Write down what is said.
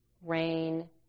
rain